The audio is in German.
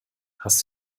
hast